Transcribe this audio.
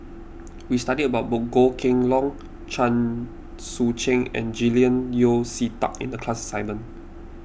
we studied about Goh Kheng Long Chen Sucheng and Julian Yeo See Teck in the class assignment